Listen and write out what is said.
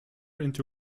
into